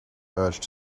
urged